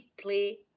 play